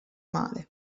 male